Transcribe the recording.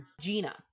Gina